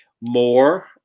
more